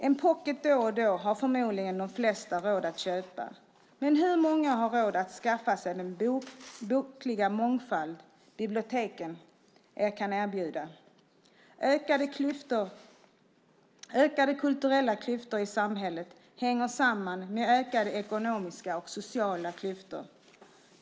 En pocket då och då har förmodligen de flesta råd att köpa, men hur många har råd att skaffa sig den bokliga mångfald biblioteken kan erbjuda? Ökade kulturella klyftor i samhället hänger samman med ökade ekonomiska och sociala klyftor.